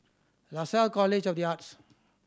Lasalle College of The Arts